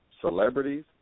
celebrities